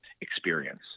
experience